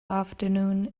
afternoon